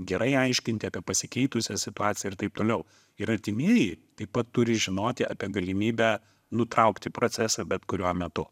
gerai aiškinti apie pasikeitusią situaciją ir taip toliau ir artimieji taip pat turi žinoti apie galimybę nutraukti procesą bet kuriuo metu